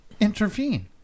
intervene